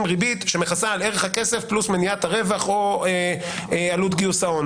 ריבית שמכסה על ערך הכסף פלוס מניעת הרווח או עלות גיוס ההון.